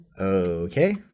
Okay